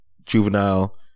Juvenile